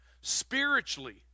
spiritually